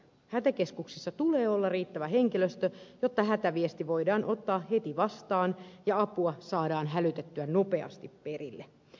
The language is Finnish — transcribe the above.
hätäkeskuksissa tulee olla riittävä henkilöstö jotta hätäviesti voidaan ottaa heti vastaan ja apua saadaan hälytettyä nopeasti perille